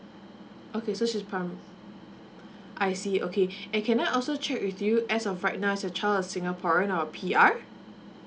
okay so she's prima~ I see okay and can I also check with you as of right now is your child a singaporean or a P_R